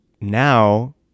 now